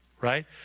right